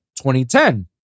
2010